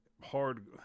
hard